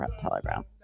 telegram